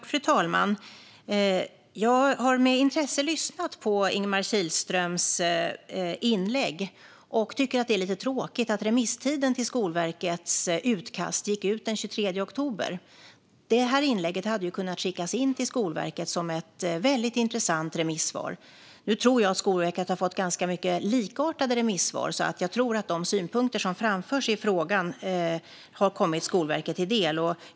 Fru talman! Jag har med intresse lyssnat på Ingemar Kihlströms inlägg och tycker att det är lite tråkigt att remisstiden för Skolverkets utkast gick ut den 23 oktober. Det här inlägget hade ju kunnat skickas in till Skolverket som ett väldigt intressant remissvar. Nu tror jag att Skolverket har fått ganska många likartade remissvar, så jag tror att de synpunkter som framförs i frågan har kommit Skolverket till del.